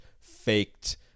faked